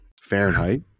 Fahrenheit